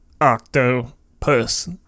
octopus